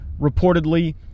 reportedly